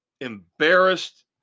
embarrassed